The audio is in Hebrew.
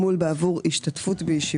הימורים שאין בהם סיכון,